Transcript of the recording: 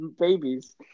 babies